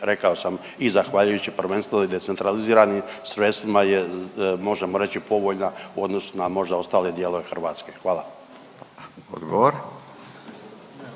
rekao sam i zahvaljujući prvenstveno i decentraliziranim sredstvima je možemo reći povoljna u odnosu na možda ostale dijelove Hrvatske. Hvala. **Radin,